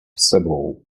sebou